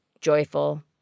joyful